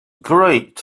great